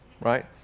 right